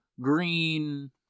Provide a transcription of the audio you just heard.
green